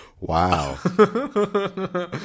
Wow